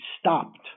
stopped